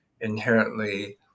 inherently